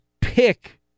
pick